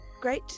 great